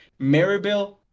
Maryville